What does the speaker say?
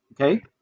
okay